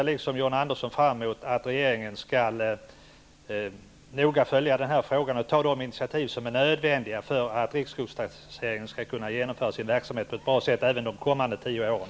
Liksom John Andersson ser jag fram mot att regeringen noga skall följa den här frågan och ta de initiativ som är nödvändiga för att riksskogstaxeringen skall kunna genomföra sin verksamhet på ett bra sätt även de kommande tio åren.